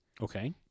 Okay